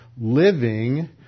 living